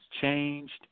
changed